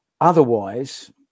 Otherwise